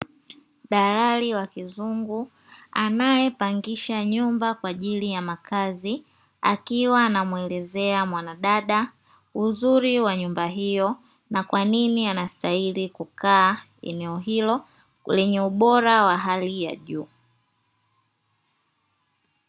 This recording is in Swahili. Dalali wa kizungu anayepangisha nyumba kwa ajili ya makazi, akiwa anamwelezea mwanadada uzuri wa nyumba hiyo na kwa nini anastahili kukaa eneo hilo lenye ubora wa hali ya juu.